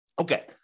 Okay